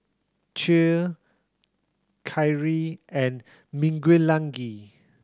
Che Kyrie and Miguelangel